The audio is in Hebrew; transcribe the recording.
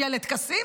מגיע לטקסים,